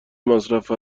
مصرف